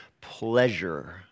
pleasure